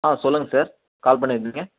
ஆ சொல்லுங்கள் sir call பண்ணி இருந்தீங்க